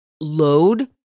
load